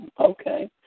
okay